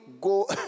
go